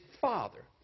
father